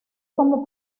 como